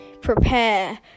Prepare